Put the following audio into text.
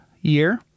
year